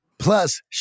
Plus